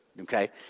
okay